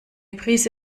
prise